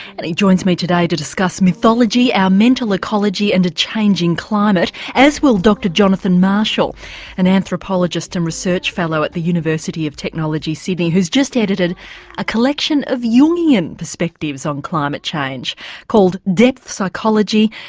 he joins me today to discuss mythology, our mental ecology and a changing climate, as will dr jonathan marshall an anthropologist and research fellow at the university of technology, sydney who's just edited a collection of jungian perspectives on climate change called depth, psychology,